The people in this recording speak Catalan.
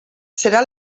serà